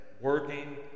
working